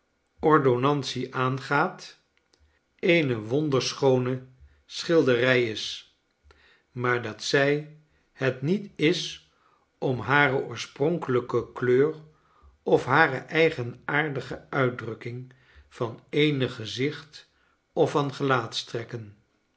ordonnantie aangaat eene wonderschoone schilderij is maar dat zij het niet is om hare oorspronkelijke kleur of hareeigenaardige uitdrukking van eenig gezicht of van